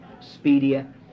speedier